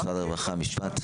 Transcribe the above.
משרד הרווחה, משפט.